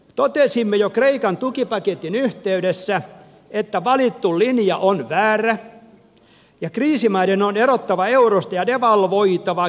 totesimme jo kreikan tukipaketin yhteydessä että valittu linja on väärä ja kriisimaiden on erottava eurosta ja devalvoitava kilpailukykynsä takaisin